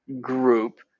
group